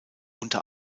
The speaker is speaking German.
unter